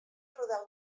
rodar